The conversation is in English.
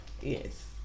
Yes